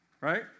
right